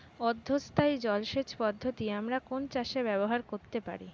অর্ধ স্থায়ী জলসেচ পদ্ধতি আমরা কোন চাষে ব্যবহার করতে পারি?